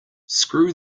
screw